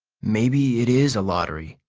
maybe it is a lottery,